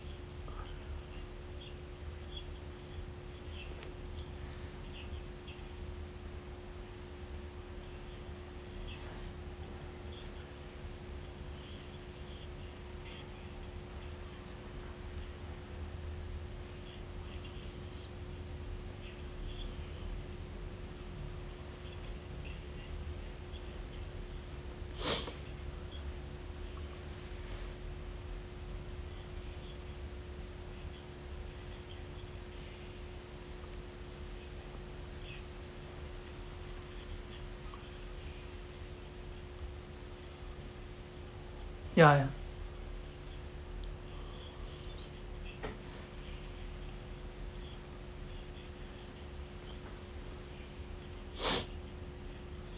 yeah yeah